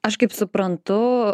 aš kaip suprantu